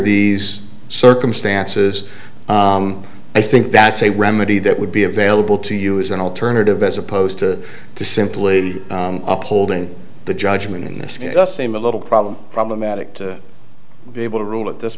these circumstances i think that's a remedy that would be available to you as an alternative as opposed to to simply upholding the judgment in this case just name a little problem problematic to be able to rule at this